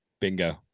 Bingo